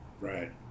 Right